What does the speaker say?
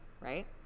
right